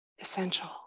essential